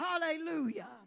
hallelujah